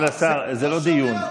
חבר הכנסת הורוביץ,